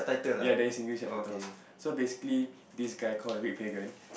ya there is English subtitles so basically this guy called red pagan